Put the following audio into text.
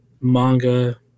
manga